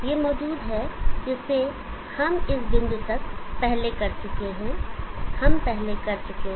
यह मौजूद है जिसे हम इस बिंदु तक पहले कर चुके हैं हम पहले कर चुके हैं